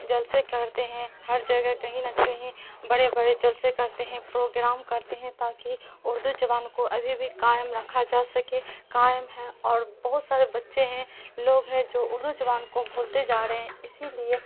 جلسے کرتے ہیں ہر جگہ کہیں نہ کہیں بڑے بڑے جلسے کرتے ہیں پروگرام کرتے ہیں تاکہ اردو زبان کو ابھی بھی قائم رکھا جا سکے قائم ہے اور بہت سارے بچے ہیں لوگ ہیں جو اردو زبان کو بھولتے جا رہے ہیں اسی لیے